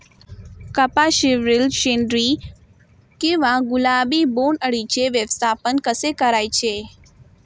कपाशिवरील शेंदरी किंवा गुलाबी बोंडअळीचे व्यवस्थापन कसे करायचे?